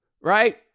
right